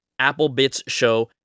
applebitsshow